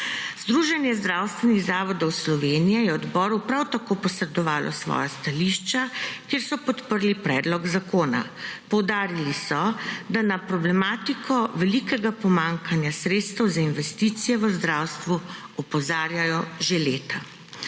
Združenje zdravstvenih zavodov Slovenije je odboru prav tako posredovalo svoja stališča, kjer so podprli predlog zakona. Poudarili so, da na problematiko velikega pomanjkanja sredstev za investicije v zdravstvu opozarjajo že leta.